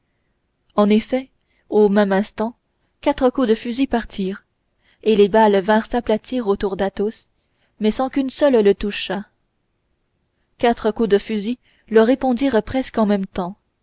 en effet au même instant quatre coups de fusil partirent et les balles vinrent s'aplatir autour d'athos mais sans qu'une seule le touchât quatre coups de fusil leur répondirent presque en même temps